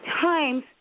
Times